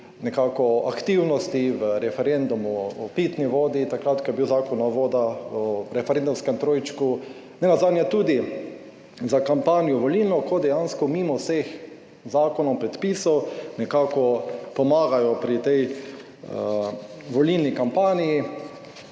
nekako aktivnosti v referendumu o pitni vodi, takrat ko je bil Zakon o vodah o referendumskem trojčku, nenazadnje tudi za kampanjo volilno, ko dejansko mimo vseh zakonov, predpisov nekako pomagajo pri tej volilni kampanji,